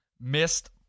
missed